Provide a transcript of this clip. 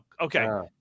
okay